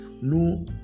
no